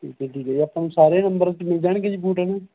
ਠੀਕ ਹੈ ਠੀਕ ਹੈ ਜੀ ਆਪਾਂ ਸਾਰੇ ਨੰਬਰ ਮਿਲ ਜਾਣਗੇ ਜੀ ਬੂਟ ਹੈ ਨਾ